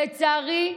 לצערי,